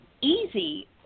easy